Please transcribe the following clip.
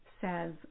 says